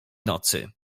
nocy